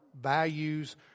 values